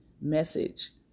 message